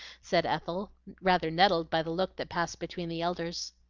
said ethel, rather nettled by the look that passed between the elders.